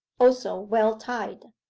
also well tied.